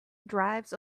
drives